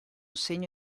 segno